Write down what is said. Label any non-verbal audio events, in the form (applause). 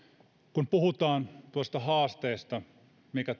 kun puhutaan tuosta haasteesta mikä (unintelligible)